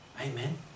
Amen